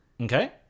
Okay